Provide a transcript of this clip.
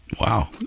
Wow